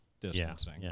distancing